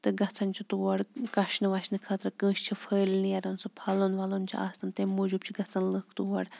تہٕ گَژھان چھِ تور کَشنہٕ وَشنہٕ خٲطرٕ کٲنٛسہِ چھِ پھٔلۍ نیران سُہ پھلُن وَلُن چھُ آسان تَمہِ موٗجوٗب چھِ گژھان لٕکھ تور